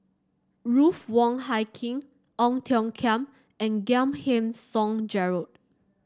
Ruth Wong Hie King Ong Tiong Khiam and Giam Yean Song Gerald